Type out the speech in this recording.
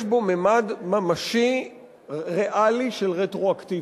יש בו ממד ממשי ריאלי של רטרואקטיביות.